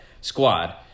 squad